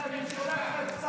אני שולח לך את פסק הדין.